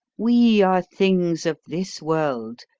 we are things of this world,